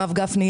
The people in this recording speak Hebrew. הרב גפני,